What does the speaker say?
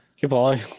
Goodbye